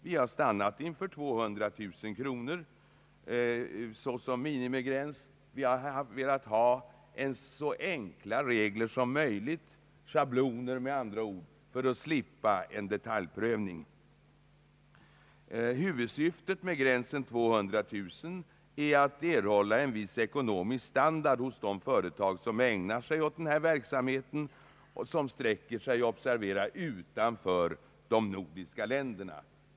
Vi har stannat för 200000 kronor såsom minimum. Vi har velat ha så enkla regler som möjligt — schabloner med andra ord — för att slippa en detaljprövning. Huvudsyftet med minimikravet på 200 000 kronor är att erhålla en viss ekonomisk standard hos de företag som ägnar sig åt denna verksamhet när den sträcker sig — observera det — utanför de nordiska länderna.